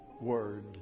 Word